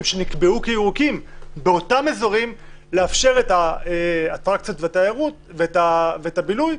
שנקבעו כירוקים לאפשר את האטרקציות ואת הבילוי,